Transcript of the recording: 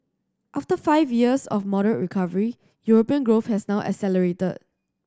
after five years of moderate recovery European growth has now accelerated